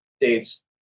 dates